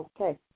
Okay